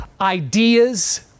ideas